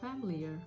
familiar